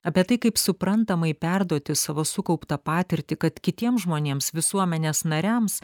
apie tai kaip suprantamai perduoti savo sukauptą patirtį kad kitiems žmonėms visuomenės nariams